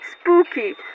spooky